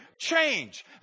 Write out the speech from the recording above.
Change